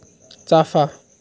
चाफा